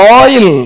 oil